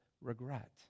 regret